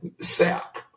sap